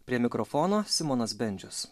prie mikrofono simonas bendžius